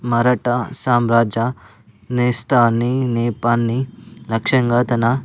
మరాఠ సామ్రాజ్య నేస్తాన్ని నెపాన్ని లక్ష్యంగా తన